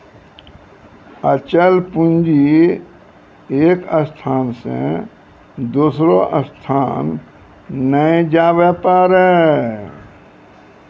अचल पूंजी एक स्थान से दोसरो स्थान नै जाबै पारै